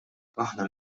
aħna